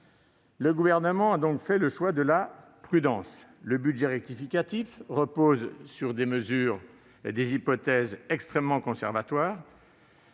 Le Gouvernement a donc fait le choix de la prudence. Le budget rectificatif repose sur des hypothèses extrêmement conservatoires,